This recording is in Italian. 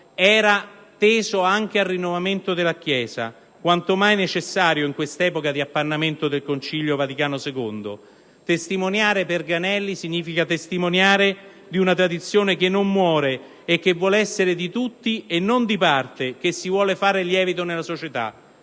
era teso anche al rinnovamento della Chiesa, quanto mai necessario in quest'epoca di appannamento del Concilio Vaticano II. Testimoniare, per Granelli, significa testimoniare una tradizione che non muore, che vuole essere di tutti e non di parte, che si vuole fare lievito nella società.